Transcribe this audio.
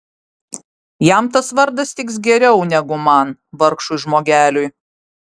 jam tas vardas tiks geriau negu man vargšui žmogeliui